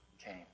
came